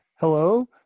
Hello